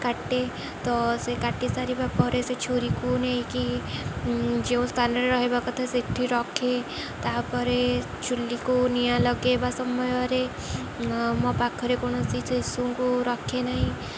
କାଟେ ତ ସେ କାଟି ସାରିବା ପରେ ସେ ଛୁରୀକୁ ନେଇକି ଯେଉଁ ସ୍ଥାନରେ ରହିବା କଥା ସେଠି ରଖେ ତା'ପରେ ଚୁଲିକୁ ନିଆଁ ଲଗାଇବା ସମୟରେ ମୋ ପାଖରେ କୌଣସି ଶିଶୁଙ୍କୁ ରଖେ ନାହିଁ